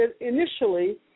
initially